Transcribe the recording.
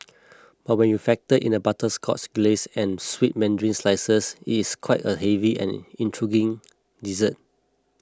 but when you factor in the butterscotch glace and sweet mandarin slices it is quite a heavy and intriguing dessert